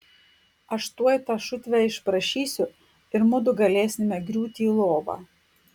aš tuoj tą šutvę išprašysiu ir mudu galėsime griūti į lovą